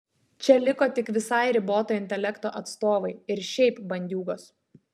čia liko tik visai riboto intelekto atstovai ir šiaip bandiūgos